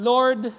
Lord